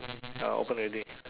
ya open already